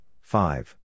five